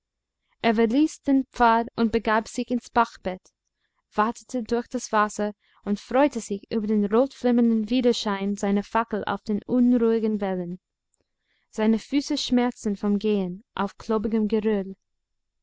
er verließ den pfad und begab sich ins bachbett watete durch das wasser und freute sich über den rotflimmernden widerschein seiner fackel auf den unruhigen wellen seine füße schmerzten vom gehen auf